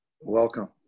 Welcome